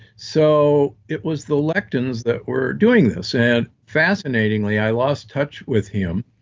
so it was the lectins that were doing this. and fascinatingly, i lost touch with him,